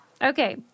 Okay